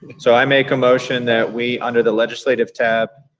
so, i make a motion that we, under the legislative tab,